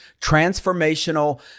transformational